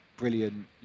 brilliant